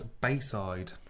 Bayside